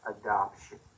adoption